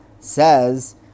says